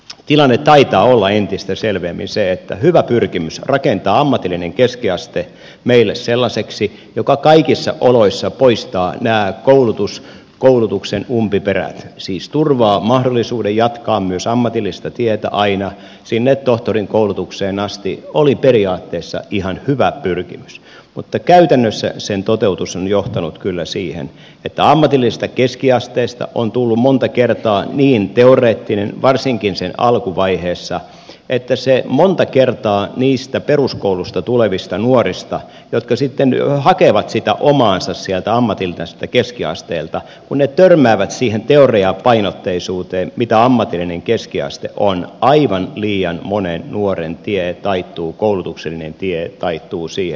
tilanne taitaa olla entistä selvemmin se että pyrkimys rakentaa ammatillinen keskiaste meille sellaiseksi joka kaikissa oloissa poistaa nämä koulutuksen umpiperät siis turvaa mahdollisuuden jatkaa myös ammatillista tietä aina sinne tohtorinkoulutukseen asti oli periaatteessa ihan hyvä pyrkimys mutta käytännössä sen toteutus on kyllä johtanut siihen että ammatillisesta keskiasteesta on tullut monta kertaa varsinkin sen alkuvaiheessa niin teoreettinen että kun ne peruskoulusta tulevat nuoret sitten hakevat sitä omaansa sieltä ammatilliselta keskiasteelta ja kun he törmäävät siihen teoriapainotteisuuteen mitä ammatillinen keskiaste on niin monta kertaa aivan liian monen nuoren tie taittuu koulutuksellinen tie taittuu siihen